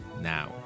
now